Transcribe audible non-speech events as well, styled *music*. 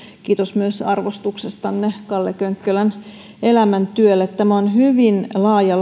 kiitos myös arvostuksestanne kalle könkkölän elämäntyölle tämä on hyvin laaja *unintelligible*